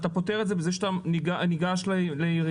אתה פוטר את זה בזה שאתה ניגש לעירייה,